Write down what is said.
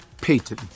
Peyton